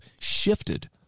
shifted